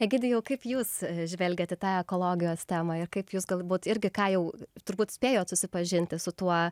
egidijau kaip jūs žvelgiate į tą ekologijos temą ir kaip jūs galbūt irgi ką jau turbūt spėjote susipažinti su tuo